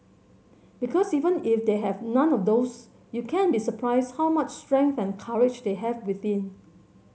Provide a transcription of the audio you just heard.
because even if they have none of those you can be surprised how much strength and courage they have within